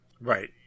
Right